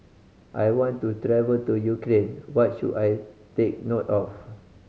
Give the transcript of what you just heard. I want to travel to Ukraine what should I take note of